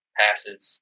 passes